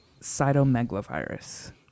cytomegalovirus